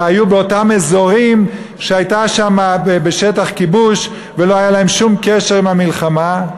אלא היו באותם אזורים שהיו בשטח כיבוש ולא היה להם שום קשר עם המלחמה?